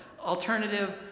alternative